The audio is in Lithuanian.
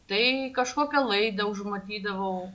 tai kažkokią laidą užmatydavau